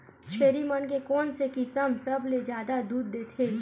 छेरी मन के कोन से किसम सबले जादा दूध देथे?